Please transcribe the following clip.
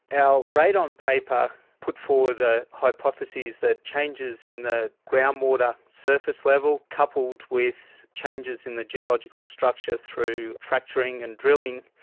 our radon paper put forward a hypothesis that changes in the groundwater surface level, coupled with changes in the geological structure through fracturing and drilling,